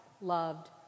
loved